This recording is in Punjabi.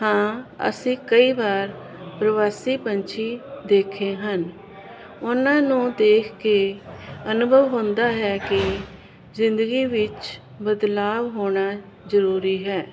ਹਾਂ ਅਸੀਂ ਕਈ ਵਾਰ ਪ੍ਰਵਾਸੀ ਪੰਛੀ ਦੇਖੇ ਹਨ ਉਹਨਾਂ ਨੂੰ ਦੇਖ ਕੇ ਅਨੁਭਵ ਹੁੰਦਾ ਹੈ ਕਿ ਜ਼ਿੰਦਗੀ ਵਿੱਚ ਬਦਲਾਵ ਹੋਣਾ ਜਰੂਰੀ ਹੈ